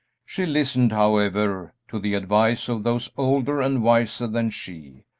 she listened, however, to the advice of those older and wiser than she,